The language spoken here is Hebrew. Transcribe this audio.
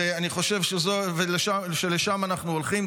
ואני חושב שלשם אנחנו הולכים.